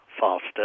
faster